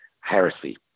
heresy